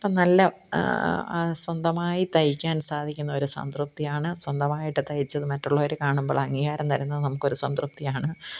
അപ്പം നല്ല സ്വന്തമായി തയ്ക്കാന് സാധിക്കുന്നതൊരു സംതൃപ്തിയാണ് സ്വന്തമായിട്ട് തയ്ച്ചത് മറ്റുള്ളവർ കാണുമ്പോൾ അംഗീകാരം തരുന്നത് നമുക്ക് ഒരു സംതൃപ്തിയാണ്